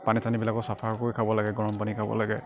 পানী চানীবিলাকো চাফা কৰি খাব লাগে গৰম পানী খাব লাগে